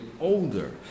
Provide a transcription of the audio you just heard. older